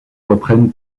reprennent